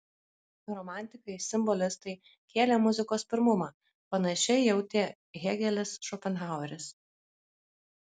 romantikai simbolistai kėlė muzikos pirmumą panašiai jautė hėgelis šopenhaueris